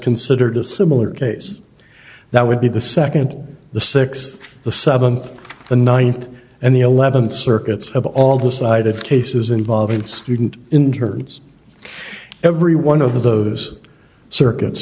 considered a similar case that would be the second the sixth the seventh the ninth and the eleventh circuits have all decided cases involving student interns every one of those circuits